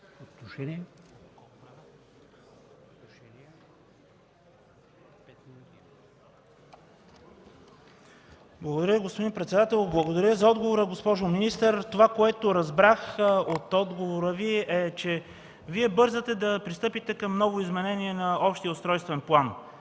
СТАНИСЛАВ ИВАНОВ (ГЕРБ): Благодаря, господин председател. Благодаря за отговора, госпожо министър. Това, което разбрах от отговора Ви, е, че Вие бързате да пристъпите към ново изменение на общия устройствен план.